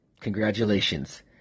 congratulations